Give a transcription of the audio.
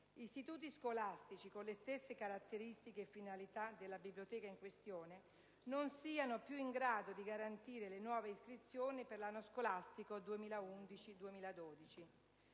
istituti scolastici con le stesse caratteristiche e finalità della biblioteca in questione, non siano più in grado di garantire le nuove iscrizioni per l'anno scolastico 2011-2012.